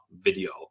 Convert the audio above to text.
video